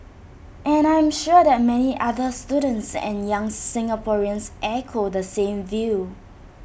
and I am sure that many other students and young Singaporeans echo the same view